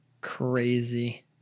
crazy